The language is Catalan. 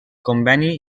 conveni